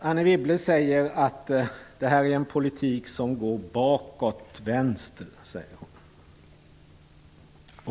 Anne Wibble säger att detta är en politik som går bakåt till vänster.